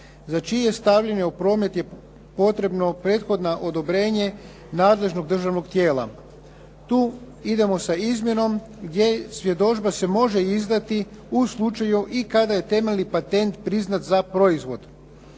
za čije stavljanje u promet je potrebno prethodno odobrenje nadležnog državnog tijela. Tu idemo sa izmjenom gdje svjedodžba se može izdati u slučaju i kada je temeljni patent priznat za proizvod